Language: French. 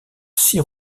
six